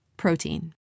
Protein